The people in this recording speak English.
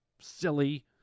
silly